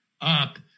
up